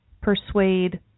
persuade